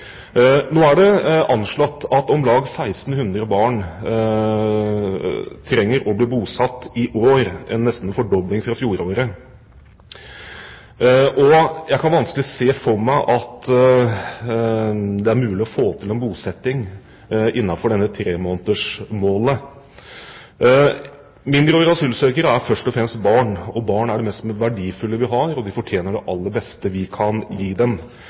Nå er det anslått at om lag 1 600 barn trenger å bli bosatt i år – en nesten fordobling fra fjoråret – og jeg kan vanskelig se for meg at det er mulig å få til en bosetting innenfor dette tremånedersmålet. Mindreårige asylsøkere er først og fremst barn, og barn er det mest verdifulle vi har. De fortjener det aller beste vi kan gi dem.